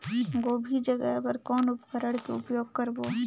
गोभी जगाय बर कौन उपकरण के उपयोग करबो?